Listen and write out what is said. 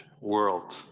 world